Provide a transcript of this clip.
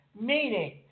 Meaning